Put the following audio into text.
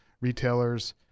retailers